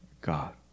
God